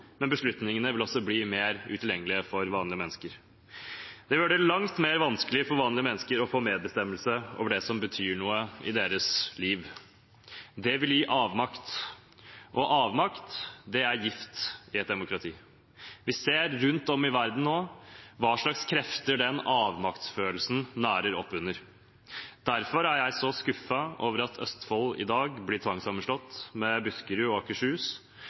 men Viken region, med 1,8 millioner innbyggere og et regionting langt vekk? Det tror ikke jeg. Det er det denne regionreformen handler om, at makt og medbestemmelse over vanlige folks hverdag flyttes vekk fra folk, og ikke bare geografisk. Beslutningene vil også bli mer utilgjengelige for vanlige mennesker. Det vil gjøre det langt vanskeligere for vanlige mennesker å få medbestemmelse over det som betyr noe i deres liv. Det vil gi avmakt, og avmakt er gift i et demokrati. Vi ser rundt om